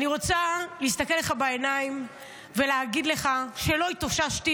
אני רוצה להסתכל לך בעיניים ולהגיד לך שלא התאוששתי